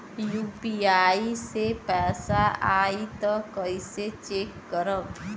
UPI से पैसा आई त कइसे चेक करब?